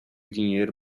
dinheiro